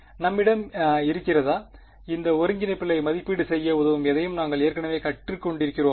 நம்மிடம் இருக்கிறதா இந்த ஒருங்கிணைப்புகளை மதிப்பீடு செய்ய உதவும் எதையும் நாங்கள் ஏற்கனவே கற்றுக்கொண்டிருக்கிறோமா